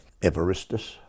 Evaristus